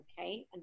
okay